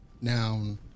Noun